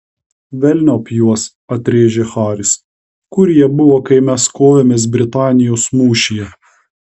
velniop juos atrėžė haris kur jie buvo kai mes kovėmės britanijos mūšyje